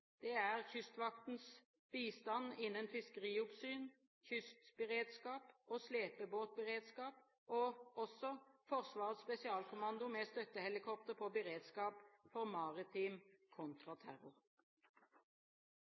Det er Kystvaktens bistand innen fiskerioppsyn, kystberedskap og slepebåtberedskap, og også Forsvarets spesialkommando med støttehelikopter på beredskap for maritim kontraterror.